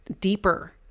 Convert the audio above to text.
deeper